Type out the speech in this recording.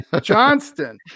Johnston